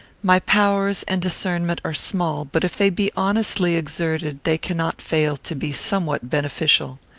my powers and discernment are small, but if they be honestly exerted they cannot fail to be somewhat beneficial.